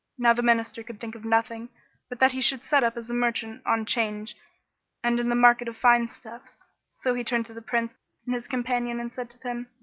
now the minister could think of nothing but that he should set up as a merchant on change and in the market of fine stuffs so he turned to the prince and his companion and said to them,